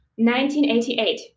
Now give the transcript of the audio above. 1988